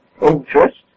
interest